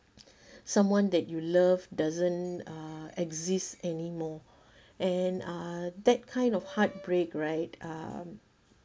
someone that you love doesn't uh exist anymore and uh that kind of heartbreak right um